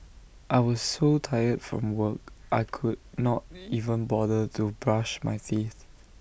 I was so tired from work I could not even bother to brush my teeth